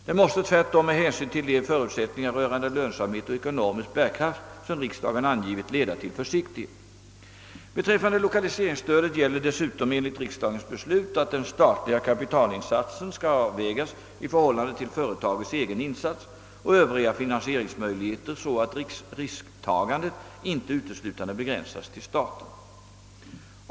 Det måste tvärtom med hänsyn till de förutsättningar rörande lönsamhet och ekonomisk bärkraft som riksdagen angivit leda till försiktighet. Beträffande lokaliseringsstödet gäller dessutom enligt riksdagens beslut att den statliga kapitaltillsatsen skall avvägas i förhållande till företagets egen insats och övriga finansieringsmöjligheter så att risktagandet inte uteslutande begränsas till staten.